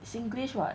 singlish [what]